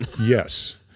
Yes